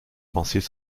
pensées